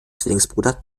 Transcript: zwillingsbruder